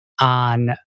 on